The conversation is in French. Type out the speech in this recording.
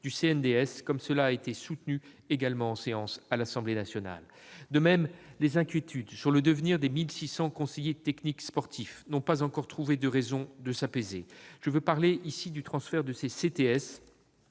du CNDS, comme cela a été soutenu en séance publique, toujours à l'Assemblée nationale ? De même, les inquiétudes sur le devenir des 1 600 conseillers techniques sportifs n'ont pas encore trouvé de raison de s'apaiser. Je veux parler du transfert de ces CTS